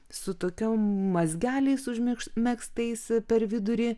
su tokiom mazgeliais užmigs užmegztais per vidurį